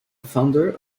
founder